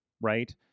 Right